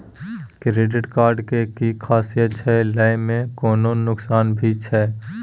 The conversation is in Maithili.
क्रेडिट कार्ड के कि खासियत छै, लय में कोनो नुकसान भी छै?